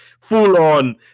full-on